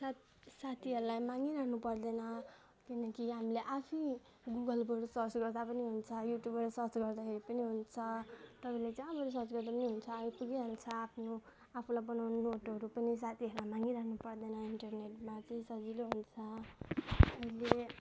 सा साथीहरूलाई मागिरहनु पर्दैन किनकि हामीले आफैँ गुगलबाट सर्च गर्दा पनि हुन्छ युट्युबबाट सर्च गर्दा पनि हुन्छ तपाईँले जहाँबाट सर्च गर्दा पनि हुन्छ आइ पुगिहाल्छ आफ्नो आफूलाई बनाउने नोटहरू पनि साथीहरूलाई मागिरहनु पर्दैन इन्टरनेटमा चाहिँ सजिलो हुन्छ अहिले